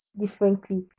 differently